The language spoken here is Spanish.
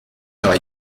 nueva